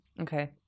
okay